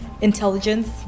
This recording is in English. Intelligence